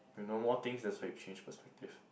you know more things that's why you change perspective